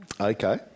Okay